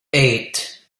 eight